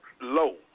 low